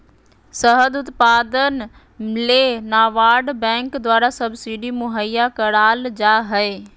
शहद उत्पादन ले नाबार्ड बैंक द्वारा सब्सिडी मुहैया कराल जा हय